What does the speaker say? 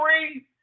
three